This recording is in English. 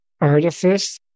artifice